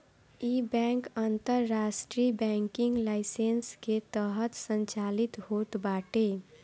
इ बैंक अंतरराष्ट्रीय banking licence के तहत संचालित होत बाटे